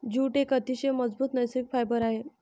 jute एक अतिशय मजबूत नैसर्गिक फायबर आहे